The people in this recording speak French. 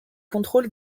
contrôle